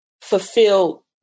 fulfill